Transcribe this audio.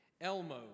Elmo